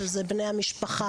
שאלו בני המשפחה,